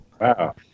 wow